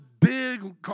big